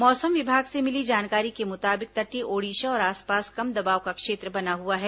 मौसम विभाग से मिली जानकारी के मुताबिक तटीय ओडिशा और आसपास कम दबाव का क्षेत्र बना हुआ है